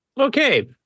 Okay